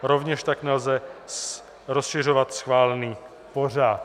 Rovněž tak nelze rozšiřovat schválený pořad.